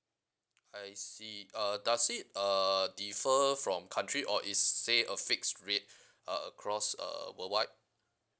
I see uh does it uh differ from country or is say a fixed rate a~ across uh worldwide